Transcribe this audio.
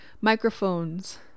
microphones